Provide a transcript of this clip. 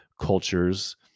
cultures